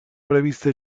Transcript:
previste